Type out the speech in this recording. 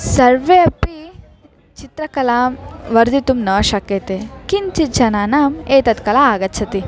सर्वे अपि चित्रकलां वर्धयितुं न शक्यते किञ्चित् जनानाम् एतत् कला आगच्छति